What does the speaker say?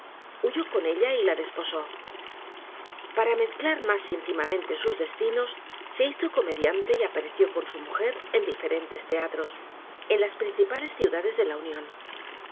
huyó con ella y la desposó p a r a mezclar más intimamente sus destinos se hizo comediante y apareció con su mujer en diferentes teatros én las principales ciudades de la unión